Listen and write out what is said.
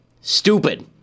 stupid